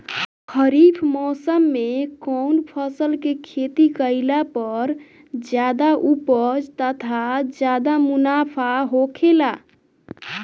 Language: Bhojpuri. खरीफ़ मौसम में कउन फसल के खेती कइला पर ज्यादा उपज तथा ज्यादा मुनाफा होखेला?